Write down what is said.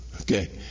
okay